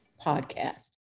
podcast